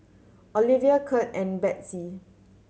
Olevia Kurt and Betsey